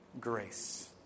grace